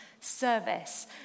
service